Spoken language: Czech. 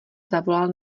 zavolal